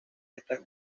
estas